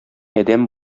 адәм